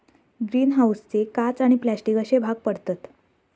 green हाऊसचे काच आणि प्लास्टिक अश्ये भाग पडतत